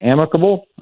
amicable